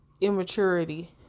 immaturity